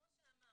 כמו שאמרת,